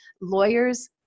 lawyers